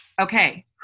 Okay